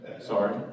Sorry